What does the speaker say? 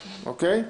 אוקיי?